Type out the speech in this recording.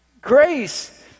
Grace